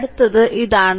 അടുത്തത് ഇതാണ്